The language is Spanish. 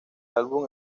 álbum